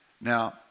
Now